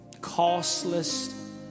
Costless